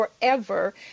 forever